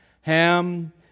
Ham